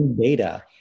data